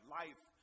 life